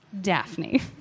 Daphne